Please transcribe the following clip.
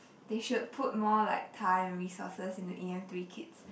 they should put more like time resources into e_m three kids